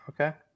Okay